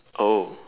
oh